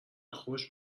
خوش